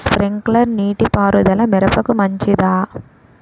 Sprinkler నీటిపారుదల మిరపకు మంచిదా?